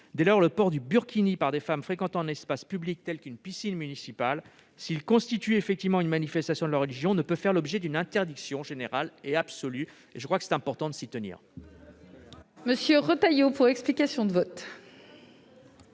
Dès lors, le port du burkini par des femmes fréquentant un espace public tel qu'une piscine municipale, s'il constitue effectivement une manifestation religieuse, ne peut faire l'objet d'une interdiction générale et absolue. Je crois que c'est important de s'y tenir.